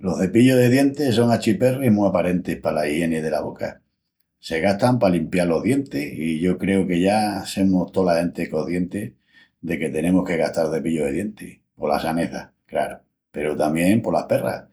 Los cepillus de dientis son achiperris mu aparentis pala igieni dela boca. Se gastan pa limpial los dientis i yo creu que ya semus tola genti coscienti de que tenemus que gastal cepillu de dientis. Pola saneza, craru, peru tamién polas perras,